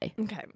Okay